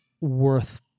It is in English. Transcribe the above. worth